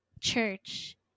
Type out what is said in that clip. church